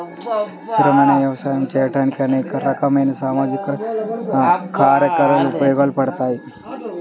స్థిరమైన వ్యవసాయం చేయడానికి అనేక రకాలైన సామాజిక కారకాలు ఉపయోగపడతాయి